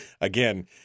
again